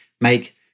make